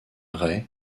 raie